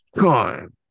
time